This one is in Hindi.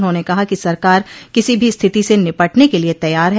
उन्होंने कहा कि सरकार किसी भी स्थिति से निपटने के लिए तैयार है